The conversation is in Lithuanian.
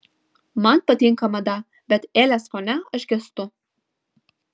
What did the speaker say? man patinka mada bet elės fone aš gęstu